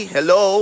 Hello